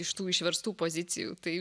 iš tų išverstų pozicijų tai